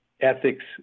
ethics